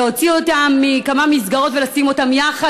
להוציא אותם מכמה מסגרות ולשים אותם יחד